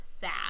sad